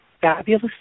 fabulous